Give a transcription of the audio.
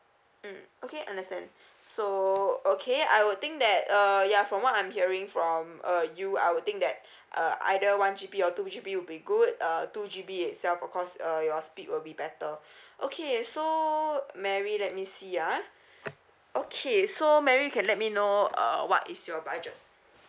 mm okay understand so okay I will think that uh ya from what I'm hearing from uh you I will think that uh either one G_B or two G_B will be good uh two G_B itself of course uh your speed will be better okay so mary let me see ah okay so mary you can let me know uh what is your budget